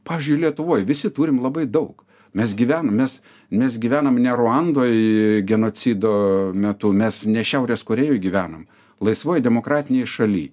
pavyzdžiui lietuvoj visi turim labai daug mes gyvenam mes mes gyvenam ne ruandoj genocido metu mes ne šiaurės korėjoj gyvenam laisvoj demokratinėj šaly